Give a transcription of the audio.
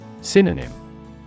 Synonym